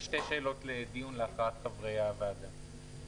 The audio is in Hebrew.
שתי שאלות לדיון להכרעת חברי הוועדה.